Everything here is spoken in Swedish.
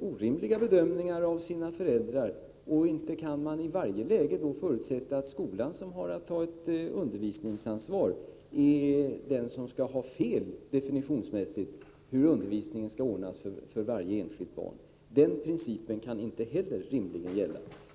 orimliga bedömningar av sina föräldrar, och det är inte möjligt att i varje läge förutsätta att skolan, som har ett undervisningsansvar, är den som har fel uppfattning definitionsmässigt om hur undervisningen skall ordnas för varje enskilt barn. Den principen kan rimligen inte heller gälla.